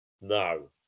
No